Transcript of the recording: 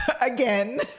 again